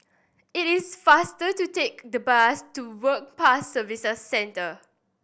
it is faster to take the bus to Work Pass Services Centre